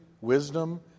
wisdom